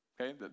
okay